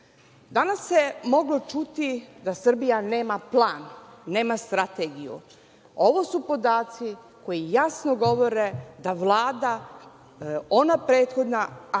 se moglo čuti da Srbija nema plan, nema strategiju. Ovo su podaci koji jasno govore da Vlada ona prethodna,